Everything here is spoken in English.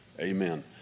amen